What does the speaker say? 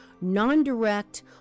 non-direct